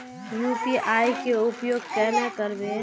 UPI के उपयोग केना करबे?